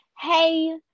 hey